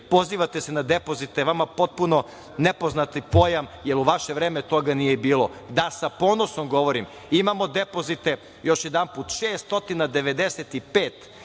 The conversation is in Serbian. pozivate se na depozit. To je vama potpuno nepoznati pojam, jer u vaše vreme toga nije bilo. Da, sa ponosom govorim, imamo depozite, još jedanput, 695